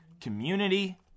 Community